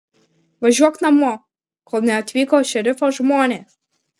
važiuok namo kol neatvyko šerifo žmonės